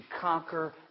conquer